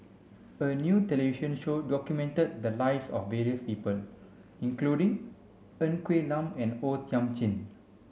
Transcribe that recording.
a new television show documented the lives of various people including Ng Quee Lam and O Thiam Chin